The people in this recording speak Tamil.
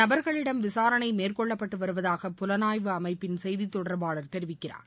நபர்களிடம் விசாரணை மேற்கொள்ளப்பட்டு வருவதாக புலனாய்வு அமைப்பின் அந்த செய்தித்தொடர்பாளர் தெரிவிக்கிறார்